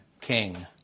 king